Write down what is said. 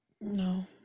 No